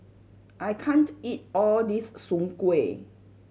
I can't eat all this soon kway